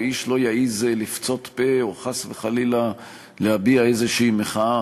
ואיש לא יעז לפצות פה או חס וחלילה להביע איזושהי מחאה.